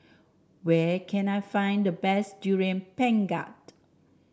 where can I find the best Durian Pengat